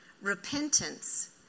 repentance